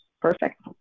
perfect